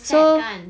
so